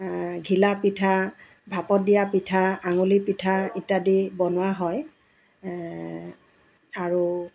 ঘিলাপিঠা ভাপত দিয়া পিঠা আঙুলিপিঠা ইত্যাদি বনোৱা হয় আৰু